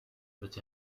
but